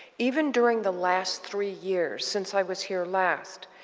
even during the last three years, since i was here last,